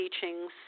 teachings